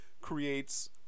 creates